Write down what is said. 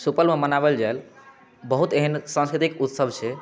सुपौलमे मनाबल जाइल बहुत एहन सांस्कृतिक उत्सव छै